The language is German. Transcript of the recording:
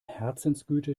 herzensgüte